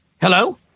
Hello